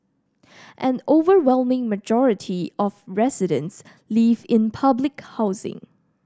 an overwhelming majority of residents live in public housing